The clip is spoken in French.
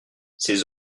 ses